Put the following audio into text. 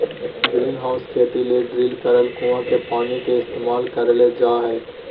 greenhouse खेती ले drill करल कुआँ के पानी के इस्तेमाल करल जा हय